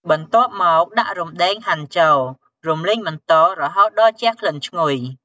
បន្ទាប់មកដាក់រំដេងហាន់ចូល រំលីងបន្តរហូតដល់ជះក្លិនឈ្ងុយ។